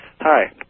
Hi